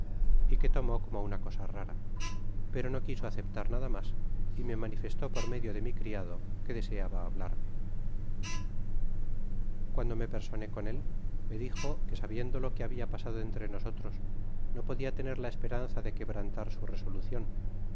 y que tomó co mo una cosa rara pero no quiso aceptar nada mas y me manifestó por medio de mi criado que deseaba hablarme cuando me personé con él me dijo que sabiendo lo que habia pasado entre nosotros no podia tener la esperanza de quebrantar su resolucion